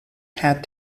had